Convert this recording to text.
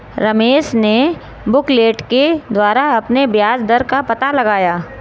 रमेश ने बुकलेट के द्वारा अपने ब्याज दर का पता लगाया